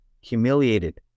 humiliated